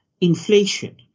inflation